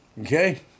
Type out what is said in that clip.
Okay